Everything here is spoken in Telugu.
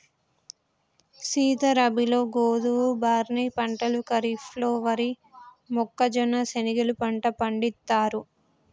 సీత రబీలో గోధువు, బార్నీ పంటలు ఖరిఫ్లలో వరి, మొక్కజొన్న, శనిగెలు పంట పండిత్తారు